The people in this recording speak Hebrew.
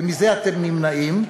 ומזה אתם נמנעים,